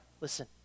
Listen